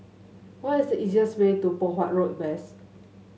what is the easiest way to Poh Huat Road West